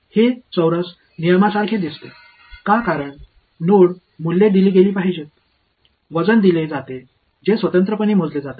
हे चौरस नियमांसारखे दिसते का कारण नोड मूल्ये दिली गेली पाहिजेत वजन दिले जाते जे स्वतंत्रपणे मोजले जातात